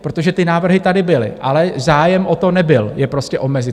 Protože ty návrhy tady byly, ale zájem o to nebyl je prostě omezit.